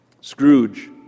Scrooge